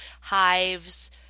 hives